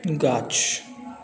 गाछ